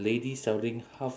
lady selling half